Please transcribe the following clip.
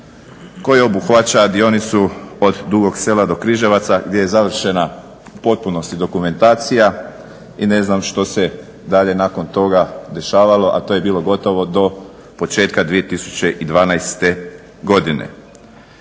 koji obuhvaća dionicu od Dugog Sela do Križevaca gdje je završena u potpunosti dokumentacija i ne znam što se dalje nakon toga dešavalo, a to je bilo gotovo do početka godine.